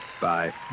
Bye